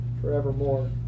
forevermore